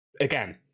Again